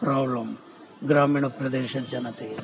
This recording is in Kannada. ಪ್ರಾಬ್ಲಮ್ ಗ್ರಾಮೀಣ ಪ್ರದೇಶದ ಜನತೆಗೆ